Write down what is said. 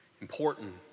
important